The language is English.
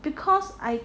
because I